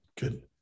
Good